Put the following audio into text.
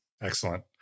Excellent